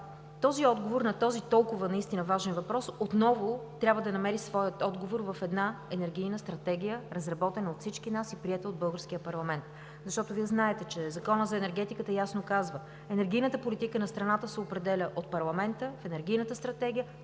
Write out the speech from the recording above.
Този отговор на този толкова наистина важен въпрос отново трябва да намери своя отговор в една енергийна стратегия, разработена от всички нас и приета от българския парламент. Защото знаете, че Законът за енергетиката ясно казва, че енергийната политика на страната се определя от парламента, а енергийната стратегия